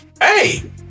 Hey